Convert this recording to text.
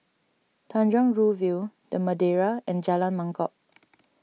Tanjong Rhu View the Madeira and Jalan Mangkok